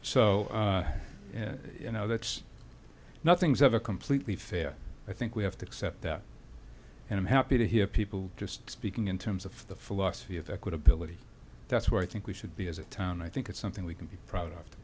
so you know that's nothing's ever completely fair i think we have to accept that and i'm happy to hear people just speaking in terms of the philosophy of equitability that's where i think we should be as a town i think it's something we can be proud of